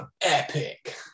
Epic